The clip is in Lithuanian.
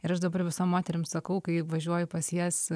ir aš dabar visom moterims sakau kai važiuoju pas jas